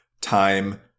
time